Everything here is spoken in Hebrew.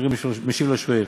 והמתרגם משיב לשואל.